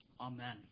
Amen